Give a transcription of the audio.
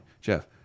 Jeff